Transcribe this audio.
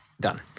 done